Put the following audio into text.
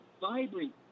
vibrant